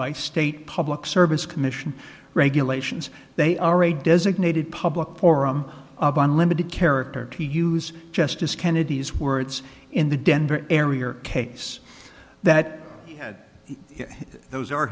by state public service commission regulations they are a designated public forum unlimited character to use justice kennedy's words in the denver area or case that those are